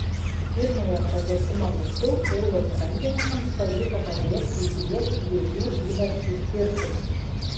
pirmojo pratęsimo metu ūlos rankininkams pavyko pabėgti į priekį dviejų įvarčių skirtumu